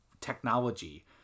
technology